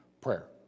prayer